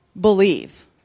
believe